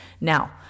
now